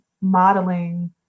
modeling